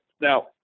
Now